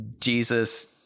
Jesus